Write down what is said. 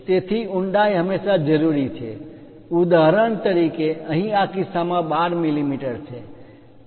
તેથી ઊડાઈ હંમેશાં જરૂરી હોય છે ઉદાહરણ તરીકે અહીં આ કિસ્સામાં 12 મીમી